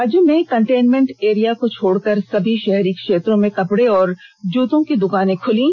राज्य में containment area को छोड़कर सभी शहरी क्षेत्रों में कपड़े और जूतों की दुकानें खुलीं